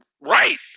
Right